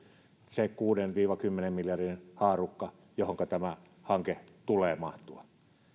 se kuuden viiva kymmenen miljardin haarukka johonka tämän hankkeen tulee mahtua